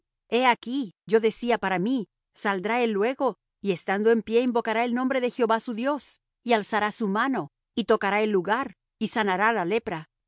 he aquí yo decía para mí saldrá él luego y estando en pie invocará el nombre de jehová su dios y alzará su mano y tocará el lugar y sanará la lepra